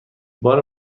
بار